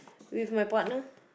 with my partner